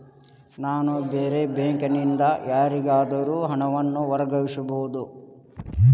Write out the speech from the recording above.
ನಾನು ಬೇರೆ ಬ್ಯಾಂಕ್ ನಿಂದ ಯಾರಿಗಾದರೂ ಹಣವನ್ನು ವರ್ಗಾಯಿಸಬಹುದೇ?